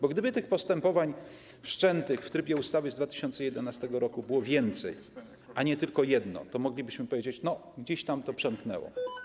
Bo gdyby tych postępowań wszczętych w trybie ustawy z 2011 r. było więcej, a nie tylko jedno, to moglibyśmy powiedzieć: No, gdzieś tam to przemknęło.